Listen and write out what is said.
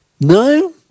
No